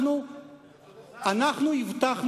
אתה צודק.